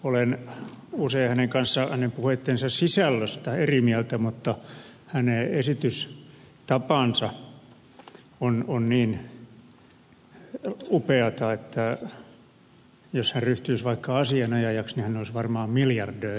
olen usein hänen kanssaan hänen puheittensa sisällöstä eri mieltä mutta hänen esitystapansa on niin upeata että jos hän ryhtyisi vaikka asianajajaksi niin hän olisi varmaan miljardööri